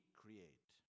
create